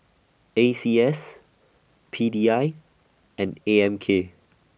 A C S P D I and A M K